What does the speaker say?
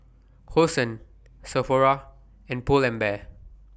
Hosen Sephora and Pull and Bear